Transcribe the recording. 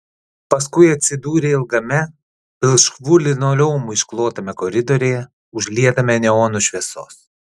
paskui atsidūrė ilgame pilkšvu linoleumu išklotame koridoriuje užlietame neonų šviesos